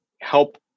help